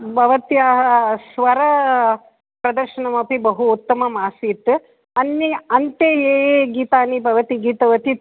भवत्याः स्वरप्रदर्शनमपि बहु उत्तममासीत् अन्ये अन्ते ये ये गीतानि भवति गीतवती